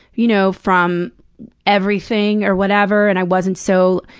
you know from everything or whatever, and i wasn't so.